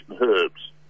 herbs